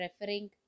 referring